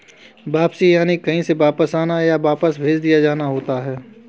वापसी यानि कहीं से वापस आना, या वापस भेज दिया जाना होता है